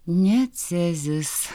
ne cezis